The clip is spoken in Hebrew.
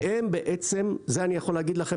שהם בעצם ואת זה אני יכול להגיד לכם